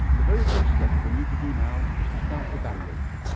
the very first step for you to do now is to start evaluating.